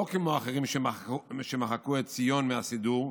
לא כמו אחרים שמחקו את ציון מהסידור,